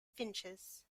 finches